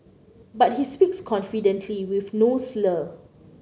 but he speaks confidently with no slur